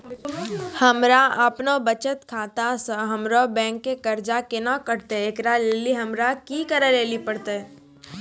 हमरा आपनौ बचत खाता से हमरौ बैंक के कर्जा केना कटतै ऐकरा लेली हमरा कि करै लेली परतै?